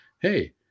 Hey